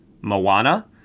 *Moana*